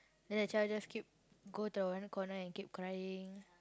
then the child just keep go to one corner and keep crying